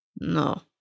No